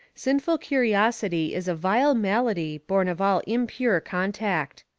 sinful curiosity is a vile malady born of all impure contact.